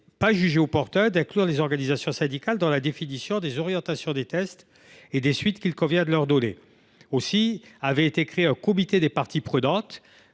pas jugé opportun d’inclure les organisations syndicales dans la définition des orientations des tests et des suites qu’il convient de leur donner. Avait été ainsi créé un comité des parties prenantes,